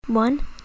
one